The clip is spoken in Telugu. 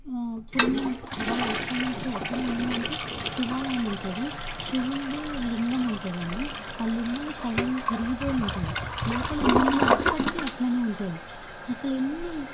పుణ్యం చాలా ఎప్పటి నుంచో అక్కడ ఏంటంటే శివాలయం ఉంటుంది శివునిది లింగం ఉంటుంది అండి ఆ లింగం సగం ఇరిగిపోయి ఉంటుంది లోపల నీళ్ళు ఎప్పటికీ అట్లానే ఉంటుంది అసలెన్ని